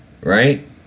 Right